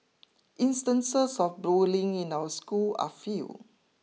instances of bullying in our schools are few